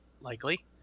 Likely